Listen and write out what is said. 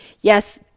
yes